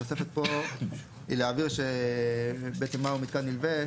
התוספת פה היא להבהיר בעצם מה הוא מתקן נלווה,